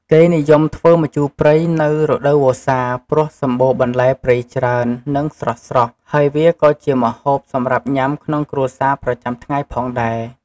គេនិយមធ្វើម្ជូរព្រៃនៅរដូវវស្សា ព្រោះសម្បូរបន្លែព្រៃច្រើន និងស្រស់ៗ ហើយវាក៏ជាម្ហូបសម្រាប់ញ៉ាំក្នុងគ្រួសារប្រចាំថ្ងៃផងដែរ។